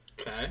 Okay